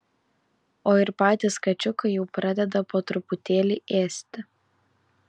o ir patys kačiukai jau pradeda po truputėlį ėsti